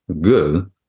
good